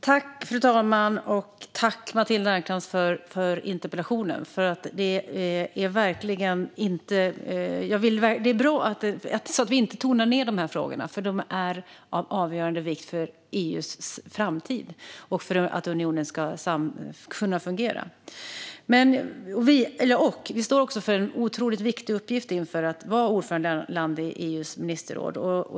Fru talman! Tack, Matilda Ernkrans, för interpellationen! Det är bra att vi inte tonar ned de här frågorna, för de är av avgörande vikt för EU:s framtid och för att unionen ska kunna fungera. Vi står också inför den otroligt viktiga uppgiften att vara ordförandeland i EU:s ministerråd.